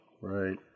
Right